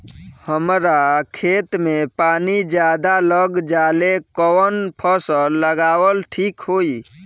हमरा खेत में पानी ज्यादा लग जाले कवन फसल लगावल ठीक होई?